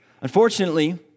Unfortunately